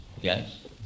Yes